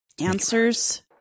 answers